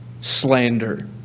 Slander